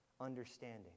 understanding